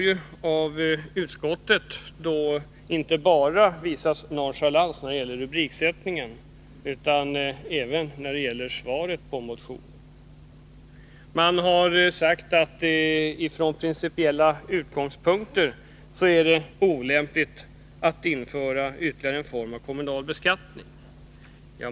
Utskottet har visat nonchalans inte bara när det gäller rubriksättningen utan även när det gäller svaret på motionen. Utskottet säger att det från principiella utgångspunkter är olämpligt att införa ytterligare en form av kommunal beskattning.